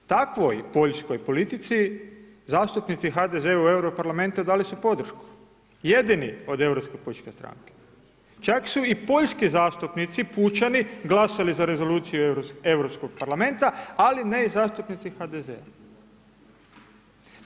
Takvoj poljskoj politici zastupnici HDZ-a u EU parlamenta dali su podršku, jedini od Europske pučke stranke, čak su i poljski zastupnici Pučani glasali za rezoluciju Europskog parlamenta ali ne i zastupnici HDZ-a.